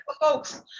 folks